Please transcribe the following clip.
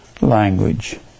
language